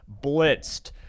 blitzed